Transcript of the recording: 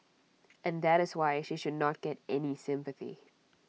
and that is why she should not get any sympathy